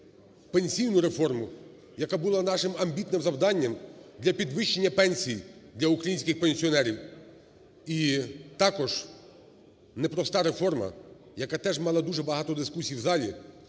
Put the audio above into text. Пенсійну реформу, яка була нашим амбітним завданням для підвищення пенсій для українських пенсіонерів. І також непроста реформа, яка теж мала дуже багато дискусій у залі,